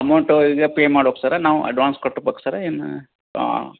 amount ಈಗ pay ಮಾಡ್ಬೇಕೋ sir ನಾವು ಅಡ್ವಾನ್ಸ್ ಕಟ್ಬೇಕೋ ಸರ್ ಏನು ಹಾಂ